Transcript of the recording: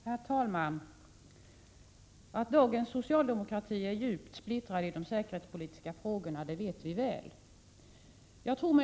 Herr talman! Att dagens socialdemokrati är djupt splittrad i de säkerhetspolitiska frågorna är väl känt.